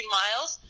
miles